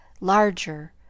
larger